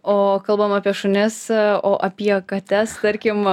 o kalbam apie šunis o apie kates tarkim